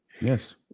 Yes